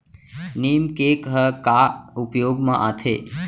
नीम cake ह का उपयोग मा आथे?